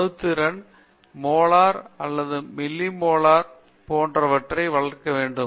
அணு திறன் மோலார் அல்லது மில்லி மோலார் அணு திறன் பெற வேண்டும்